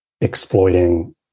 Exploiting